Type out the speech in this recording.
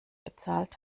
bezahlt